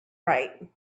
right